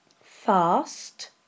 Fast